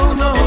no